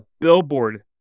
billboard